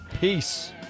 Peace